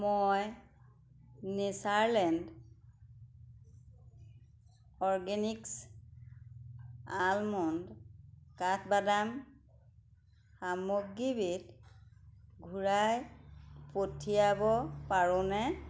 মই Natureland organics almond কাঠবাদাম সামগ্ৰীবিধ ঘূৰাই পঠিয়াব পাৰোঁনে